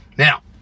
Now